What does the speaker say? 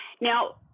Now